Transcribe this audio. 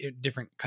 different